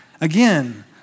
Again